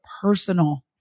personal